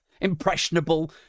Impressionable